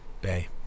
Bay